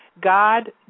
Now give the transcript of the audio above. God